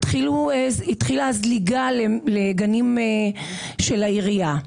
התחילה הזליגה לגנים של העירייה.